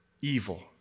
evil